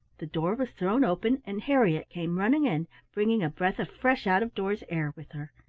the door was thrown open and harriett came running in bringing a breath of fresh out-of-doors air with her.